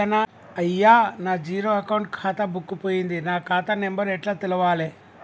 అయ్యా నా zero account ఖాతా బుక్కు పోయింది నా ఖాతా నెంబరు ఎట్ల తెలవాలే?